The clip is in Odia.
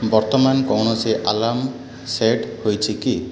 ବର୍ତ୍ତମାନ କୌଣସି ଆଲାର୍ମ ସେଟ୍ ହୋଇଛି କି